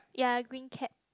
ya green cap